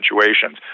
situations